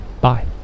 Bye